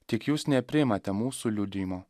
tik jūs nepriimate mūsų liudijimo